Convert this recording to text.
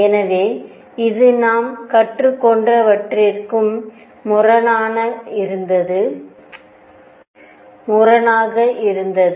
எனவே இது நாம் கற்றுக்கொண்டவற்றிற்கும் முரணாக இருந்தது